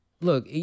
look